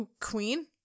Queen